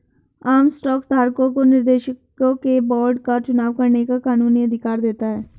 आम स्टॉक धारकों को निर्देशकों के बोर्ड का चुनाव करने का कानूनी अधिकार देता है